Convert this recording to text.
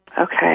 Okay